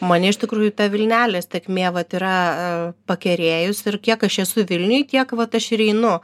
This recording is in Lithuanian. mane iš tikrųjų ta vilnelės tėkmė vat yra pakerėjusi ir kiek aš esu vilniuj tiek vat aš ir einu